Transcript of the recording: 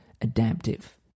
Adaptive